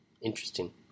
interesting